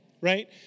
right